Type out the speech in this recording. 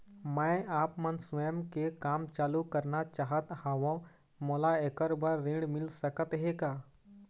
मैं आपमन स्वयं के काम चालू करना चाहत हाव, मोला ऐकर बर ऋण मिल सकत हे का?